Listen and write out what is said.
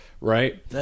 right